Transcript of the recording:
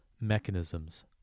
mechanisms